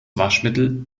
waschmittel